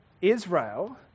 Israel